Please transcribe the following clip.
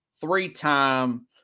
three-time